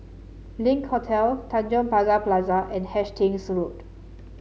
Link Hotel Tanjong Pagar Plaza and Hastings Road